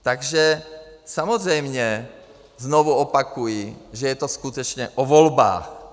Takže samozřejmě, znovu opakuji, že je to skutečně o volbách.